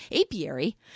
apiary